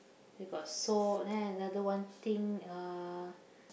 they got soap then another one thing uh